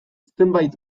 zenbait